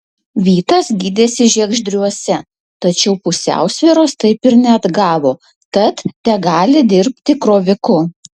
vytas gydėsi žiegždriuose tačiau pusiausvyros taip ir neatgavo tad tegali dirbti kroviku